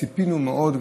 ציפינו מאוד,